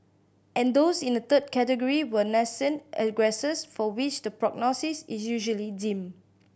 and those in a third category were nascent aggressors for which the prognosis is usually dim